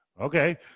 Okay